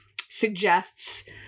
suggests